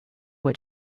what